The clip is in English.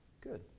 Good